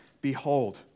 Behold